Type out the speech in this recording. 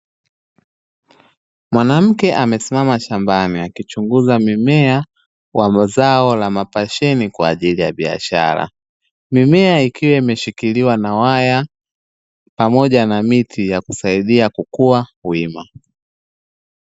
Mwanamke amesimama shambani akichunguza mimea wa mazao la mapasheni, kwa ajili ya biashara. Mimea ikiwa imeshikiliwa na waya pamoja na miti ya kusaidia kukua wima.